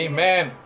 Amen